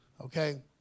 Okay